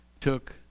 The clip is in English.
Took